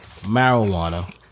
marijuana